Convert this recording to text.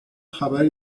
خبری